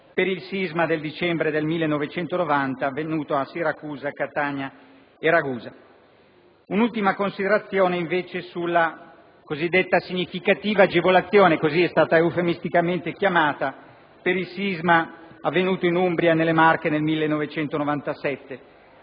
per il sisma del dicembre 1990 avvenuto a Siracusa, Catania e Ragusa. Un'ultima considerazione desidero fare sulla cosiddetta significativa agevolazione - è stata eufemisticamente chiamata in questo modo - per il sisma verificatosi in Umbria e nelle Marche nel 1997.